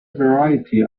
variety